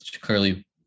clearly